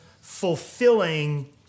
fulfilling